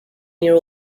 year